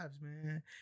man